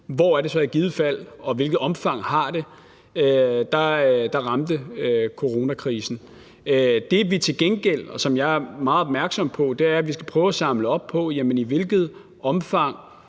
hvor det så i givet fald er, og hvilket omfang det har, så ramte coronakrisen. Jeg er meget opmærksom på, at vi skal prøve at samle op på, at jamen i hvilket omfang